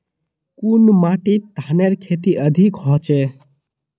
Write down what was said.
कुन माटित धानेर खेती अधिक होचे?